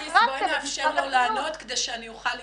בואי נאפשר לו לענות כדי שאני אוכל להתקדם.